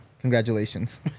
congratulations